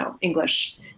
English